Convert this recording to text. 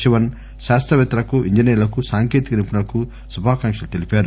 శివన్ శాస్తవేత్తలకు ఇంజనీర్ణకు సాంకేతిక నిపుణులకు శుభాకాంక్షలు తెలిపారు